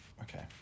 Okay